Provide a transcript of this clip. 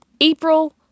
April